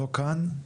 לא כאן,